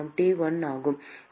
T1 ஆகும்